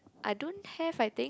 I don't have I think